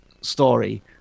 story